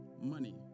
Money